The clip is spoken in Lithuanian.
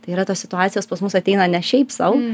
tai yra tos situacijos pas mus ateina ne šiaip sau